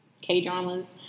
K-dramas